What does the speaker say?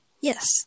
Yes